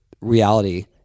reality